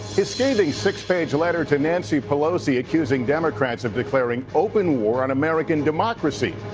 his scathing six-page letter to nancy pelosi accusing democrats of declaring open war on american democracy.